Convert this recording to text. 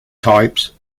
types